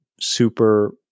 super